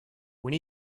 when